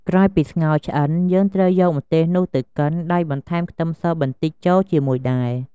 ក្រោយពីស្ងោរឆ្អិន យើងត្រូវយកម្ទេសនោះទៅកិន ដោយបន្ថែមខ្ទឹមសបន្តិចចូលជាមួយដែរ។